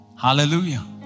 Hallelujah